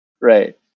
Right